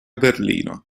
berlino